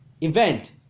Event